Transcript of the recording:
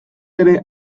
ere